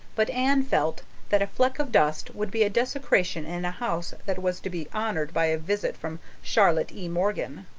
but anne felt that a fleck of dust would be a desecration in a house that was to be honored by a visit from charlotte e. morgan.